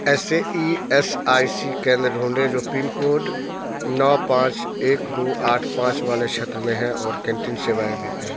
ऐसे E S I C केंद्र ढूँढें जो पिन कोड नौ पाँच एक दो आठ पाँच वाले क्षेत्र में हैं और कैंटीन सेवाएँ देते हैं